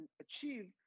achieve